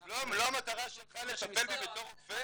לא המטרה שלך לטפל בי בתור רופא,